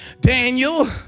Daniel